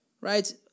right